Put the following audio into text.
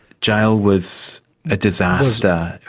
jail was a disaster.